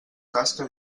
tasca